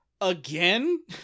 Again